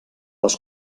les